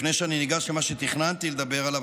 לפני שאני ניגש למה שתכננתי לדבר עליו,